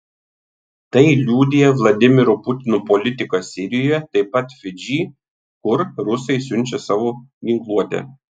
tai liudija vladimiro putino politika sirijoje taip pat fidži kur rusai siunčia savo ginkluotę